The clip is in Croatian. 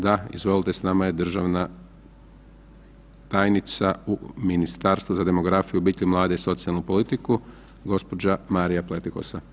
Da, izvolite, s nama je državna tajnica u Ministarstvu za demografiju, obitelj, mlade i socijalnu politiku, gđa. Marija Pletikosa.